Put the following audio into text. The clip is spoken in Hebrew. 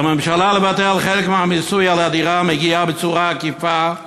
על הממשלה לבטל חלק מהמיסוי על הדירה המגיע בצורה עקיפה,